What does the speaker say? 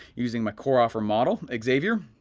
using my core offer model, xavier.